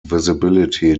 visibility